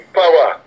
power